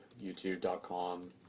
youtube.com